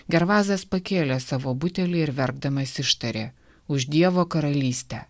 gervazas pakėlė savo butelį ir verkdamas ištarė už dievo karalystę